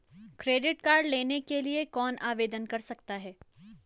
Credit card लेने के लिए कौन आवेदन कर सकता है?